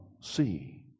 see